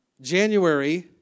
January